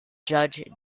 judge